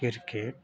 cricket